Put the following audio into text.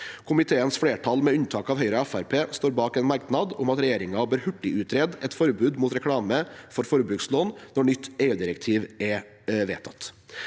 Komiteens flertall, med unntak av Høyre og Fremskrittspartiet, står bak en merknad om at regjeringen bør hurtigutrede et forbud mot reklame for forbrukslån når nytt EU-direktiv er vedtatt.